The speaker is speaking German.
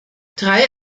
drei